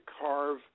carve